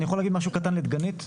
אני יכול להגיד משהו קטן לדגנית?